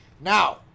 Now